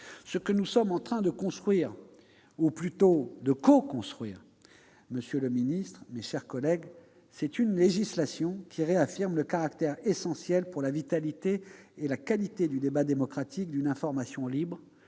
Ce que nous sommes en train de construire, ou plutôt de « coconstruire », monsieur le ministre, mes chers collègues, c'est une législation qui réaffirme le caractère essentiel pour la vitalité et la qualité du débat démocratique d'une information libre,